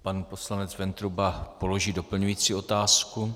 Pan poslanec Ventruba položí doplňující otázku.